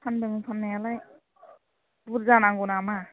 फानदों फान्नायालाय बुरजा नांगौ नामा